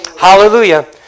Hallelujah